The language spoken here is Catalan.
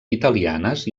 italianes